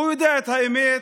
הוא יודע את האמת,